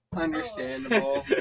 Understandable